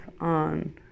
on